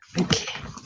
Okay